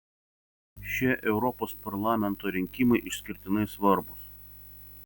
šie europos parlamento rinkimai išskirtinai svarbūs